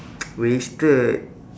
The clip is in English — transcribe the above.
wasted